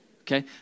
Okay